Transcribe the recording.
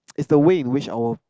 it's the way in which our